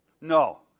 No